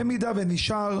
במידה ונשאר,